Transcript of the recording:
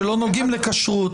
שלא נוגעים לכשרות,